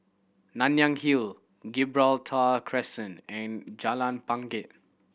Nanyang Hill Gibraltar Crescent and Jalan Bangket